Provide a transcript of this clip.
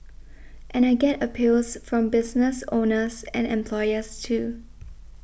and I get appeals from business owners and employers too